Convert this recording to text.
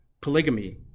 polygamy